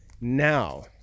now